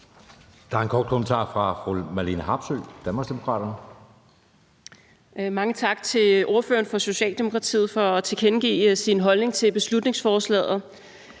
Der er en kort bemærkning fra fru Marlene Harpsøe, Danmarksdemokraterne. Kl. 14:34 Marlene Harpsøe (DD): Mange tak til ordføreren fra Socialdemokratiet for at tilkendegive sin holdning til beslutningsforslaget.